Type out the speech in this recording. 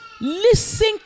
Listen